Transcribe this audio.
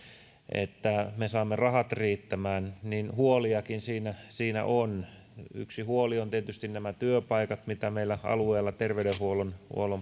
että me saamme rahat riittämään mutta huoliakin siinä siinä on yksi huoli on tietysti nämä työpaikat mitä meillä alueella ter veydenhuollon